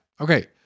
Okay